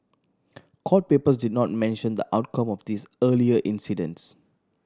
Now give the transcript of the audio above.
court papers did not mention the outcome of these earlier incidents